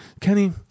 Kenny